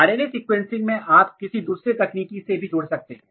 RNA sequencing में आप किसी दूसरी तकनीकी से भी जुड़ सकते हैं